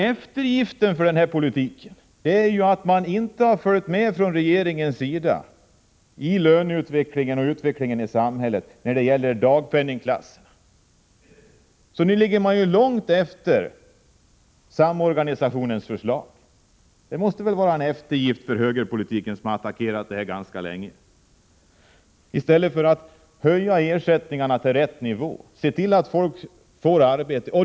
Eftergiften för denna politik är att man från regeringens sida inte har följt med i löneutvecklingen och i utvecklingen i samhället när det gäller dagpenningklasserna. Nu ligger man långt efter samorganisationens förslag. Detta måste väl vara en eftergift åt högerpolitiken, som har attackerat det här ganska länge. Se till att höja ersättningarna till rätt nivå, och se till att folk får arbete.